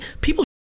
People